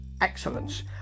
excellence